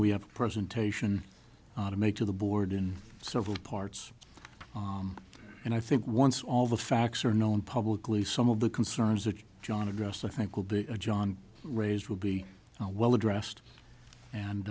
we have a presentation to make to the board in several parts and i think once all the facts are known publicly some of the concerns that john addressed i think will be john raised will be a well addressed and